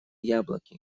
яблоки